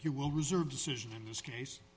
you we'll reserve decision in this case